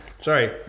sorry